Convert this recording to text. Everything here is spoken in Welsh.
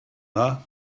dda